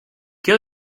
qué